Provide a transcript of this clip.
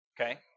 Okay